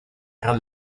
rod